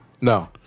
No